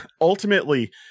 Ultimately